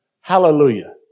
Hallelujah